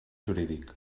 jurídic